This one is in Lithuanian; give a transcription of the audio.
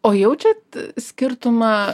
o jaučiate skirtumą